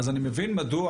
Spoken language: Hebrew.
אז אני מבין מדוע